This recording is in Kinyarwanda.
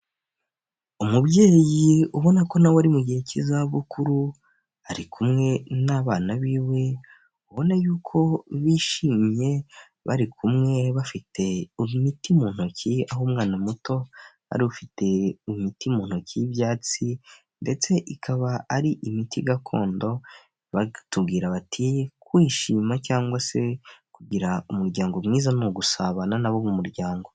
Umubyeyi ubona ko nawe ari mu gihe cy'izabukuru, ari kumwe n'abana biwe ubona yuko bishimye bari kumwe bafite imiti mu ntoki, aho umwana muto ari ufite imiti mu ntoki y'ibyatsi ndetse ikaba ari imiti gakondo, bakatubwira bati kwishima cyangwa se kugira umuryango mwiza ni ugusabana n'abo mu muryango.